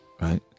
right